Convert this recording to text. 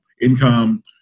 income